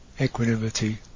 equanimity